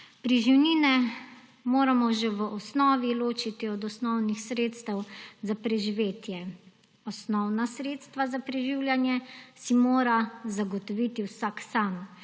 Preživnine moramo že v osnovi ločiti od osnovnih sredstev za preživetje. Osnovna sredstva za preživljanje si mora zagotoviti vsak sam.